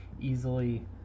easily